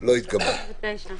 הצבעה ההסתייגות לא אושרה.